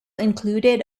included